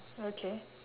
okay